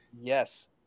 yes